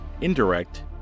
indirect